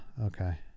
okay